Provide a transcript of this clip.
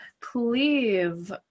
please